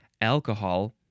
alcohol